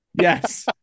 Yes